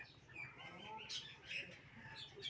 केसर एंटीऑक्सीडेंट स भरपूर एकता शक्तिशाली मसाला छिके